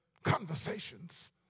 conversations